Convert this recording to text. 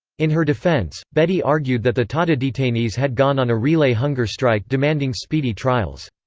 in her defence, bedi argued that the tada detainees had gone on a relay hunger strike demanding speedy trials.